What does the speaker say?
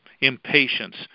Impatience